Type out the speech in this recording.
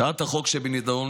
הצעת החוק שבנדון,